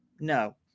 No